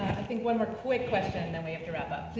i think one more quick question and then we have to wrap up.